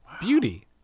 Beauty